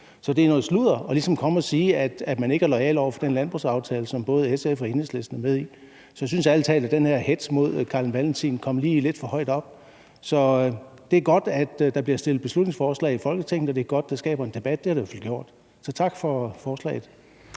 Så det er noget sludder ligesom at komme og sige, at man ikke er loyal over for den landbrugsaftale, som både SF og Enhedslisten er med i. Så jeg synes ærlig talt, at den her hetz mod Carl Valentin kom lige lidt for højt op. Så det er godt, at der bliver fremsat beslutningsforslag i Folketinget, og det er godt, at det skaber en debat. Det har det i hvert fald gjort. Så tak for forslaget.